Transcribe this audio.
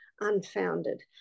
unfounded